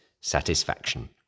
satisfaction